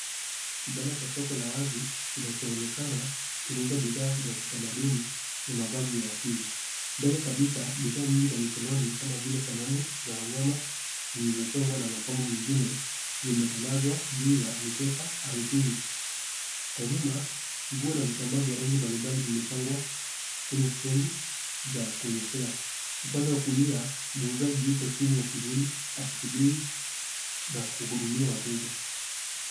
Kibanda cha soko la wazi, kinachoonekana kinauza bidhaa za kitamaduni na mavazi ya asili. Mbele kabisa, bidhaa nyingi za mkononi kama vile sanamu za wanyama, zilizochongwa na mapambo mengine, zimetandazwa juu ya mikeka ardhini. Kwa nyuma, nguo na vitambaa vya rangi mbalimbali vimepangwa kwenye stendi za kunyeshea. Upande wa kulia, muuzaji yupo chini ya kivuli akisubiri na kuhudumia wateja.